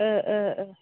ओ ओ ओ